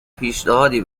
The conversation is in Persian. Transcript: پیشنهادی